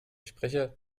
sprecher